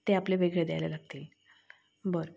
ते आपले वेगळे द्यायला लागतील बरं